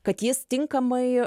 kad jis tinkamai